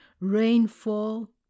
rainfall